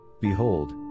Behold